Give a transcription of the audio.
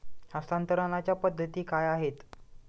हस्तांतरणाच्या पद्धती काय आहेत?